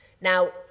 Now